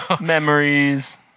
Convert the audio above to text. Memories